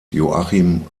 joachim